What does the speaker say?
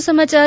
વધુ સમાચાર